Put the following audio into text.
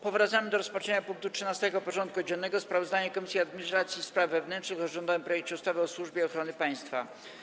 Powracamy do rozpatrzenia punktu 13. porządku dziennego: Sprawozdanie Komisji Administracji i Spraw Wewnętrznych o rządowym projekcie ustawy o Służbie Ochrony Państwa.